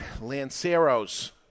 Lanceros